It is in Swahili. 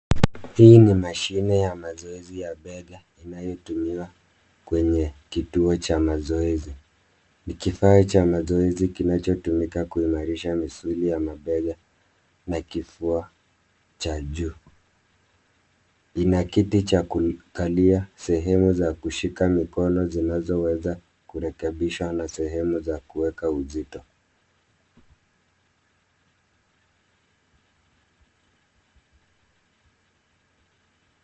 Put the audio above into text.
Hii ni mashine ya mazoezi ya bega inayotumiwa kwenye kituo cha mazoezi. Ni kifaa cha mazoezi kinachotumika kuimarisha misuli ya mabega na kifua cha juu. Ina kiti cha kukalia, sehemu za kushika mikono zinazoweza kurekebishwa na sehemu za kuweka uzito.